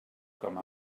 com